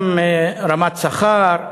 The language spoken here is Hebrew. גם רמת שכר,